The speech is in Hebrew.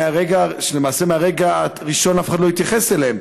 למעשה ברגע הראשון אף אחד לא התייחס אליהן,